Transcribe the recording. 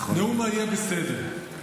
נאום ה"יהיה בסדר".